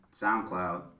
SoundCloud